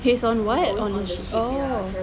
he's on what on the ship oh